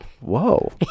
Whoa